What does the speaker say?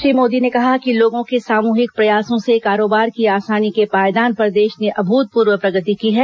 श्री मोदी ने कहा कि लोगों के सामूहिक प्रयासों से कारोबार की आसानी के पायदान पर देश ने अभूतपूर्व प्रगति की है